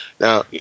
Now